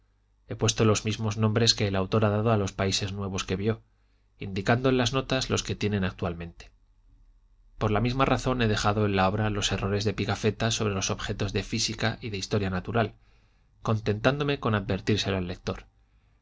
he puesto los mismos nombres que el autor ha dado a los países nuevos que vio indicando en las notas los que tienen actualmente por la misma razón he dejado en la obra los errores de pigafetta sobre los objetos de física y de historia natural contentándome con advertírselo al lector